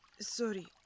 Sorry